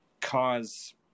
cause